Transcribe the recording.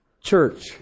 church